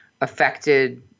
affected